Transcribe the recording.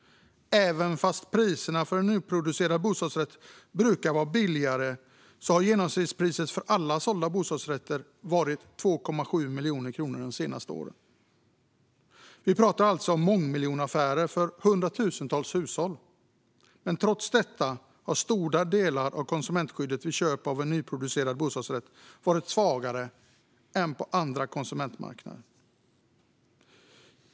Även om priserna för en nyproducerad bostadsrätt brukar vara lägre har genomsnittspriset för alla sålda bostadsrätter de senaste åren varit 2,7 miljoner kronor. Vi talar alltså om mångmiljonaffärer för hundratusentals hushåll. Trots detta har stora delar av konsumentskyddet vid köp av en nyproducerad bostadsrätt varit svagare än på andra konsumentmarknader.